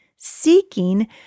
seeking